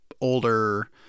older